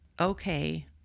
okay